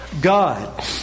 God